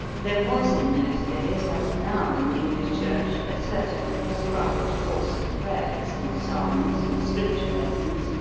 there was in those days, as now, in the english church, a certain prescribed course of prayers, and psalms, and scripture lessons,